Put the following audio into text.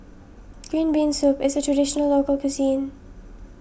Green Bean Soup is a Traditional Local Cuisine